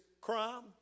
crime